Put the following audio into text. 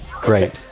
Great